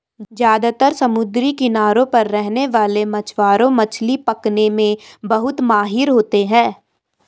ज्यादातर समुद्री किनारों पर रहने वाले मछवारे मछली पकने में बहुत माहिर होते है